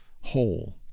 whole